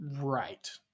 right